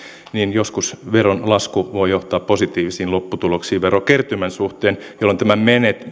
joskus veronlasku voi johtaa positiivisiin lopputuloksiin verokertymän suhteen